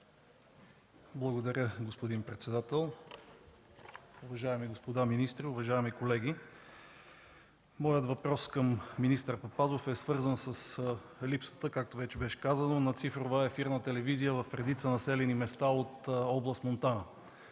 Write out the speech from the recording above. Благодаря, господин председател. Уважаеми господа министри, уважаеми колеги! Моят въпрос към министър Папазов е свързан с липсата, както вече беше казано, на цифрова ефирна телевизия в редица населени места от област Монтана.